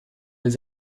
les